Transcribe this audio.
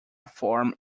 form